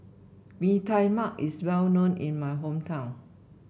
Mee Tai Mak is well known in my hometown